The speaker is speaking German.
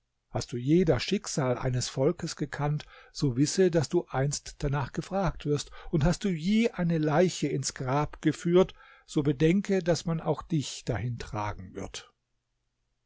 hast du je das schicksal eines volks gekannt so wisse daß du einst danach gefragt wirst und hast du je eine leiche ins grab geführt so bedenke daß man auch dich dahin tragen wird